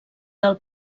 del